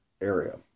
area